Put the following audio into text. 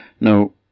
Now